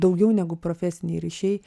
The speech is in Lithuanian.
daugiau negu profesiniai ryšiai